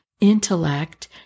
intellect